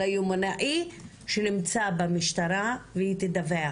ליומנאי שנמצא במשטרה והיא תדווח